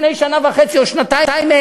לפני שנה וחצי או שנתיים,